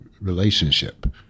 relationship